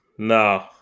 No